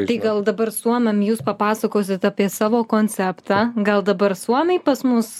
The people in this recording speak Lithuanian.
tai gal dabar suomiam jūs papasakosit apie savo konceptą gal dabar suomiai pas mus